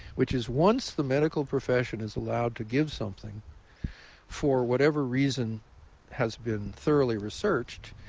which is once the medical profession is allowed to give something for whatever reason has been thoroughly researched,